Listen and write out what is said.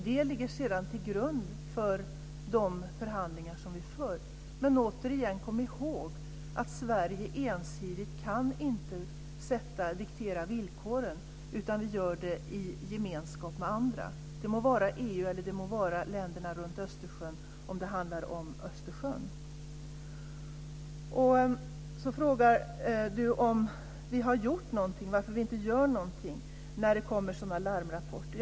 Det ligger sedan till grund för de förhandlingar som vi för. Men kom återigen ihåg att Sverige inte ensidigt kan diktera villkoren! Det gör vi i gemenskap med andra - det må vara EU eller det må vara länderna runt Östersjön, om det handlar om Östersjön. Kjell-Erik Karlsson frågar varför vi inte gör någonting när det kommer sådana här larmrapporter.